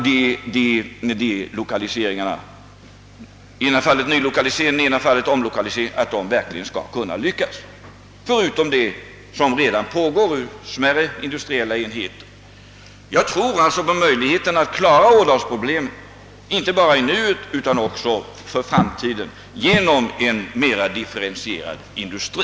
Jag hoppas att dessa lokaliseringar, i det ena fallet en nylokalisering och i det andra fallet en omlokalisering, verkligen skall lyckas — förutom det arbete som redan pågår beträffande smärre industriella enheter. Jag tror alltså på möjligheten att klara ådalsproblemen inte bara i nuet utan också i framtiden genom en mera differentierad industri.